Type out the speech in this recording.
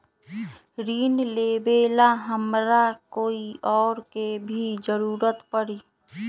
ऋन लेबेला हमरा कोई और के भी जरूरत परी?